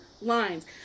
lines